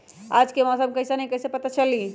आज के मौसम कईसन हैं कईसे पता चली?